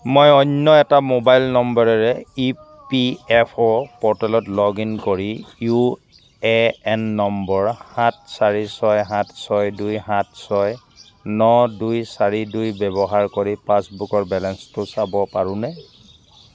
মই অন্য এটা মোবাইল নম্বৰেৰে ই পি এফ অ' প'ৰ্টেলত লগ ইন কৰি ইউ এ এন নম্বৰ সাত চাৰি ছয় সাত ছয় দুই সাত ছয় ন দুই চাৰি দুই ব্যৱহাৰ কৰি পাছবুকৰ বেলেঞ্চটো চাব পাৰোঁনে